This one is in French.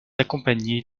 accompagné